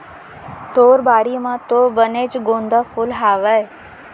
तोर बाड़ी म तो बनेच गोंदा फूल हावय